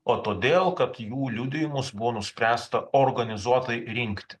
o todėl kad jų liudijimus buvo nuspręsta organizuotai rinkt